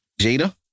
Jada